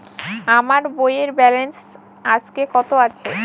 আমার বইয়ের ব্যালেন্স আজকে কত আছে?